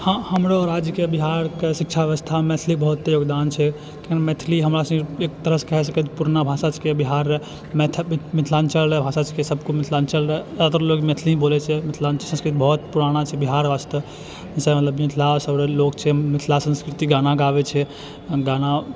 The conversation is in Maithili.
हाँ हमरो राज्यके बिहारके शिक्षा व्यवस्थामे मैथिलीके बहुते योगदान छै मैथिली हमरा सबके एक तरहसँ कहि सकै छै पुरना भाषा छिकै बिहार मिथिलाञ्चलके भाषा छिकै सबके कोइ मिथिलाञ्चलमे ज्यादातर लोक मैथिली ही बोलै छै मिथिलाञ्चल बहुत पुराना छै बिहार वास्ते जइसे मने मिथिलासब आओर लोक छै मिथिला संस्कृतिके गाना गाबै छै गाना